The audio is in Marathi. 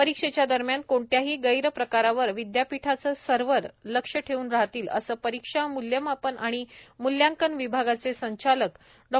परिक्षेच्या दरम्यान कोणत्याही गैरप्रकारावर विद्यापिठाचे सर्वर लक्ष ठेऊन राहतील असे परिक्षा मूल्यमापन आणि मूल्यांकन विभागाचे संचालक डॉ